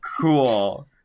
cool